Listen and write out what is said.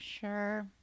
Sure